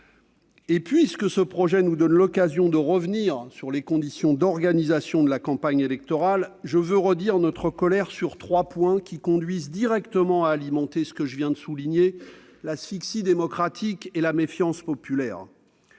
Et puisque ce projet nous donne l'occasion de revenir sur les conditions d'organisation de la campagne électorale, je veux redire notre colère sur trois points qui conduisent directement à alimenter la situation que je viens de décrire, faite d'asphyxie démocratique et de méfiance populaire.